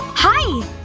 hi.